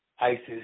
Isis